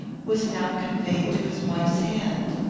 was now conveyed to his wife's hand.